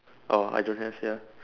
oh I don't have ya